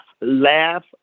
laugh